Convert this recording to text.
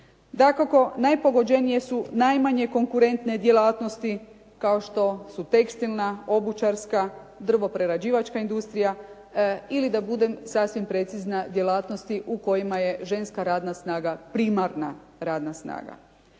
Dakako najpogođenije su najmanje konkretne djelatnosti kao što su tekstilna, obućarska, drvo prerađivačka industrija ili da budem sasvim precizna djelatnosti u kojima je ženska radna snaga primarna radna snaga.